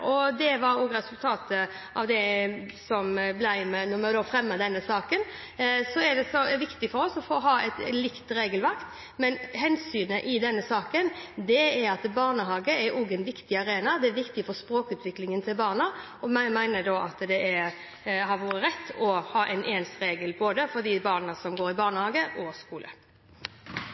arbeidet. Det var også det som ble resultatet da vi fremmet denne saken. Så er det viktig for oss å ha et likt regelverk, men hensynet i denne saken er at barnehage er også en viktig arena, det er viktig for språkutviklingen til barna, og vi mener at det har vært rett å ha en ens regel for de barna som går i barnehagen, og